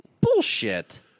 bullshit